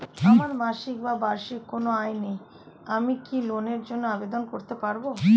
আমার মাসিক বা বার্ষিক কোন আয় নেই আমি কি লোনের জন্য আবেদন করতে পারব?